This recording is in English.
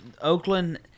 Oakland